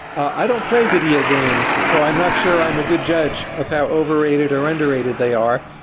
i don't play video games, so i'm not sure i'm a good judge of how overrated or underrated they are.